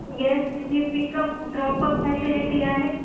guest जी pickup drop up facility आहे